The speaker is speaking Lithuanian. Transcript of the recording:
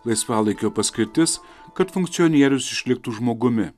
laisvalaikio paskirtis kad funkcionierius išliktų žmogumi